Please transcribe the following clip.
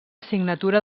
signatura